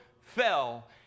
fell